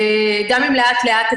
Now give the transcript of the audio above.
גם אם לאט לאט,